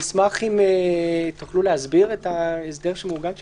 נשמח, אם תוכלו להסביר את ההסדר שמעוגן שם.